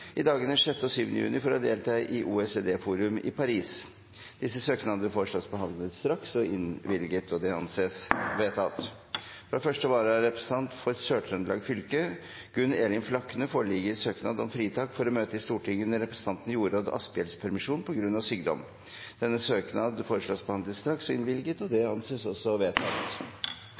i dagene 6. og 7. juni for å delta i OECD-forum i Paris Disse søknadene foreslås behandlet straks og innvilget. – Det anses vedtatt. Fra 1. vararepresentant for Sør-Trøndelag fylke, Gunn Elin Flakne, foreligger det søknad om fritak fra å møte i Stortinget under Jorodd Asphjells permisjon, p.g.a sykdom. Etter forslag fra presidenten ble enstemmig besluttet: Søknaden behandles straks og